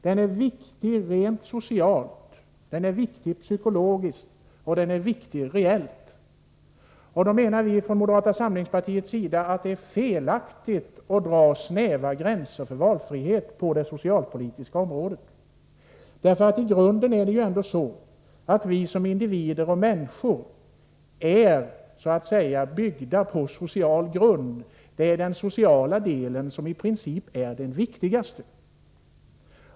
Den är viktig socialt, psykologiskt och reellt. Och då menar vi från moderata samlingspartiets sida att det är felaktigt att dra snäva gränser för valfriheten på det socialpolitiska området. I grunden är vi som individer och människor så att säga byggda på social grund — det är den sociala delen som i princip är den viktigaste.